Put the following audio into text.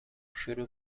شروع